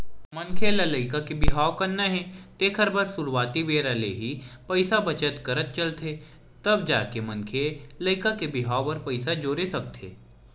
मनखे ल लइका के बिहाव करना हे तेखर बर सुरुवाती बेरा ले ही पइसा बचत करत चलथे तब जाके मनखे लइका के बिहाव बर पइसा जोरे सकथे